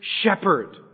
Shepherd